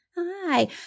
Hi